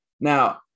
Now